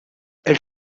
elle